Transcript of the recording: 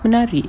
menarik